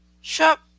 Shop